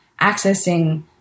accessing